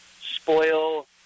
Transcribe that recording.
spoil